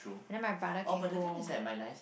and then my brother can go